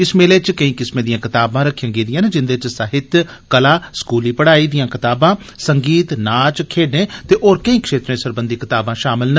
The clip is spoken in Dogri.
इस मेले च कोई किस्मै दियां कताबां रक्खियां गेदिआं न जिंदे च साहित्य कला स्कूली पढ़ाई दियां कताबां संगीत नाच खेड्ढें ते होर कोई क्षेत्रें सरबंधी कताबां शामल न